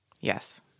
Yes